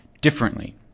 differently